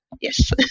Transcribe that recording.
yes